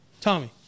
Tommy